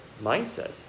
mindset